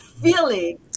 feeling